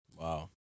Wow